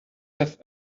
have